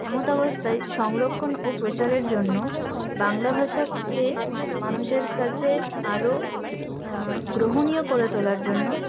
এমতাবস্থায় সংরক্ষণ ও প্রচারের জন্য বাংলা ভাষাকে মানুষের কাছে আরও গ্রহণীয় করে তোলার জন্য